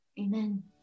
Amen